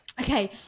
Okay